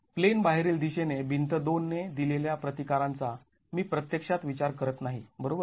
plain बाहेरील दिशेने भिंत २ ने दिलेल्या प्रतिकारांचा मी प्रत्यक्षात विचार करत नाही बरोबर